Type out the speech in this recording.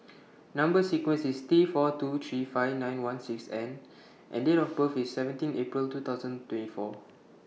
Number sequence IS T four two three five nine one six N and Date of birth IS seventeen April two thousand twenty four